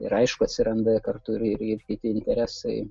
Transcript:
ir aišku atsiranda kartu ir ir kiti interesai